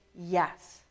yes